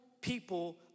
people